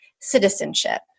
citizenship